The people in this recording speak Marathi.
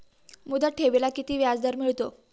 मुदत ठेवीला किती व्याजदर मिळतो?